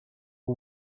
who